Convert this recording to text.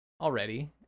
already